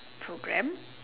program